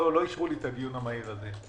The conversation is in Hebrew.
לא אישרו לי את הדיון המהיר הזה.